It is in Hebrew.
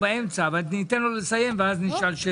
-- ניתן לו לסיים ואז נשאל.